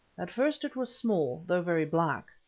at first it was small, though very black,